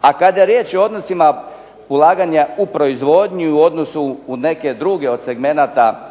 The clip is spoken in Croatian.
A kada je riječ o odnosima ulaganja u proizvodnju u odnosu na neke druge od segmenata